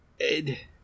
Ed